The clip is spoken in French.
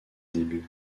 débuts